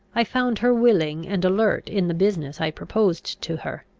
i found her willing and alert in the business i proposed to her.